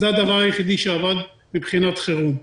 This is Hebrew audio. זה הדבר היחיד שעבד מבחינת חירום.